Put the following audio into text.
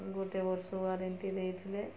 ଗୋଟେ ବର୍ଷ ୱାରେଣ୍ଟି ଦେଇଥିଲେ